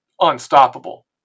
unstoppable